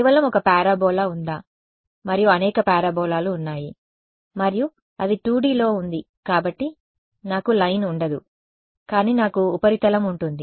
కేవలం ఒక పారాబొలా ఉందా మరియు అనేక పారాబొలాలు ఉన్నాయి మరియు అది 2Dలో ఉంది కాబట్టి నాకు లైన్ ఉండదు కానీ నాకు ఉపరితలం ఉంటుంది